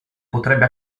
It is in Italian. potrebbe